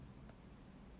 J_C is